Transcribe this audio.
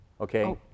Okay